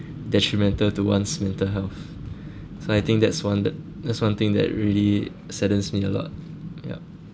so detrimental to one's mental health so I think that's one that that's one thing that really saddens me a lot yup